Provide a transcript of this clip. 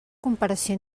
comparació